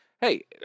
Hey